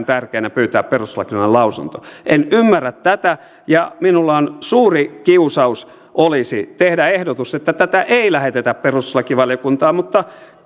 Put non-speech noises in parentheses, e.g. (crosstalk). (unintelligible) tärkeänä pyytää perustuslakivaliokunnan lausunto en ymmärrä tätä ja minulla olisi suuri kiusaus tehdä ehdotus että tätä ei lähetetä perustuslakivaliokuntaan mutta